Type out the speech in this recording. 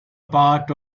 part